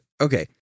Okay